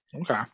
Okay